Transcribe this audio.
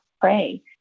pray